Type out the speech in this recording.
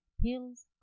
pills